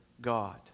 God